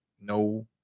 No